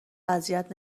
اذیت